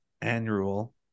annual